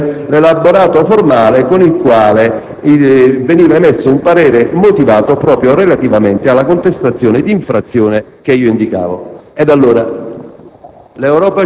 ottobre, l'elaborato formale con il quale veniva emesso un parere motivato proprio relativamente alla contestazione d'infrazione che io indicavo.